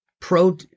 pro